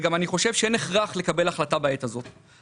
אני גם חושב שאין הכרח לקבל החלטה בעת הזאת.